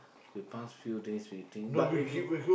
past few days we eating but if we